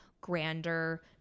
grander